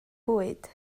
bwyd